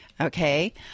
Okay